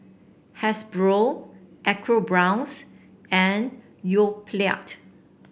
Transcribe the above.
Hasbro ecoBrown's and Yoplait